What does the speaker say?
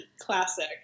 Classic